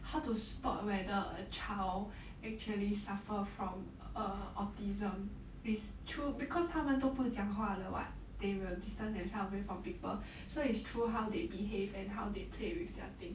how to spot whether a child actually suffer from err autism is through because 他们都不讲话的 [what] they will distance themselves away from people so it's through how they behave and how they play with their things